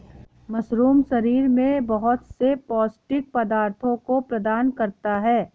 mushroom शरीर में बहुत से पौष्टिक पदार्थों को प्रदान करता है